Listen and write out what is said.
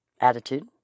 attitude